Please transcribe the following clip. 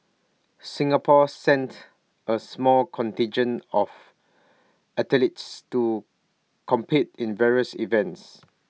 Singapore sent A small contingent of athletes to compete in various events